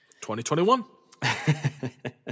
2021